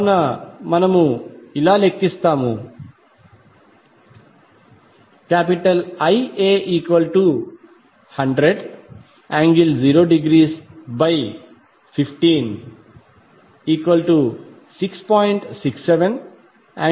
కావున మనము ఇలా లెక్కిస్తాము Ia100∠0°156